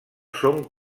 són